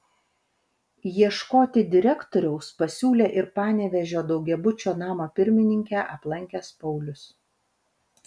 ieškoti direktoriaus pasiūlė ir panevėžio daugiabučio namo pirmininkę aplankęs paulius